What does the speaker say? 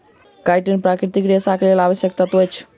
chitin प्राकृतिक रेशाक लेल आवश्यक तत्व अछि